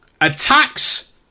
attacks